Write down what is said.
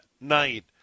Night